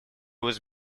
was